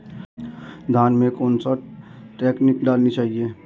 धान में कौन सा टॉनिक डालना चाहिए?